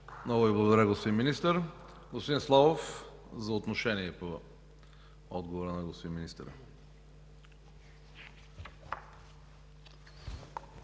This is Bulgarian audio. Много Ви благодаря, господин Министър. Господин Славов, за отношение към отговора на господин Министъра.